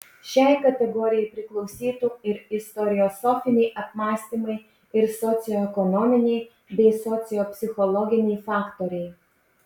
šiai kategorijai priklausytų ir istoriosofiniai apmąstymai ir socioekonominiai bei sociopsichologiniai faktoriai